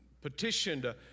petitioned